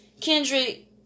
Kendrick